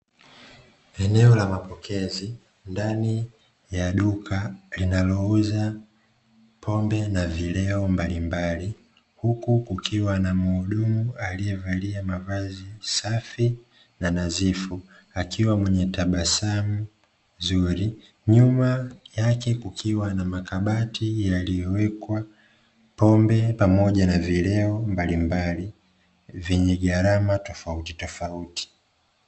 Ndani ya mapokezi, ndani ya duka linalouza pombe na vileo mbalimbali, huku kukiwa na mhudumu aliyevaa mavazi safi na nadhifu, akiwa mwenye tabasamu zuri. Nyuma yake kukiwa na makabati yaliyowekwa pombe pamoja na vileo mbalimbali, vyenye gharama tofauti tofauti.